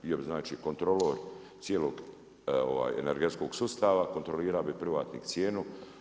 Bio bi znači kontrolor cijelog energetskog sustava, kontrolirao bi privatnik cijenu.